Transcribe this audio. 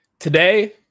Today